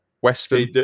Western